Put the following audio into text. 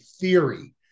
theory